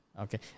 Okay